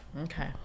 Okay